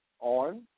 on